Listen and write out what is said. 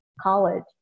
college